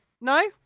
No